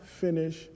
finish